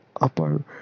upper